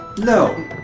No